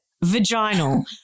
vaginal